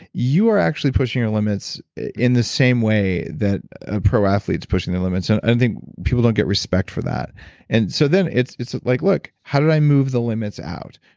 you are actually pushing your limits in the same way that a pro athlete's pushing the limits. and i think people don't get respect for that and so then, it's it's like, look. how do i move the limits out?